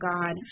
God